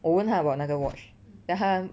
我问他 about 那个 watch then 他